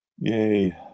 Yay